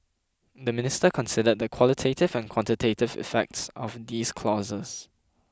the Minister considered the qualitative and quantitative effects of these clauses